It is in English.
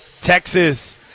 Texas